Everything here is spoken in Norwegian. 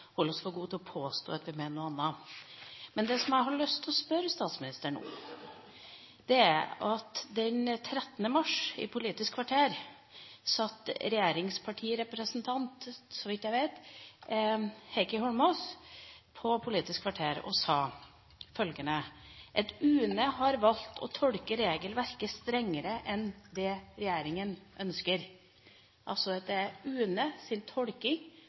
mener noe annet. Det jeg har lyst til å spørre statsministeren om, er det som ble sagt i «Politisk kvarter» den 13. mars. Da satt regjeringspartirepresentanten, så vidt jeg vet, Heikki Holmås og sa at UNE har valgt å tolke regelverket strengere enn det regjeringa ønsker – altså at det er UNEs tolking